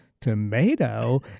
tomato